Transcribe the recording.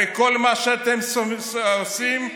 הרי כל מה שאתם עושים זה,